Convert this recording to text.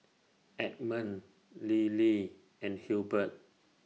Edmund Lillie and Hilbert